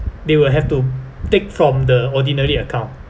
they will have to take from the ordinary account